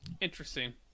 Interesting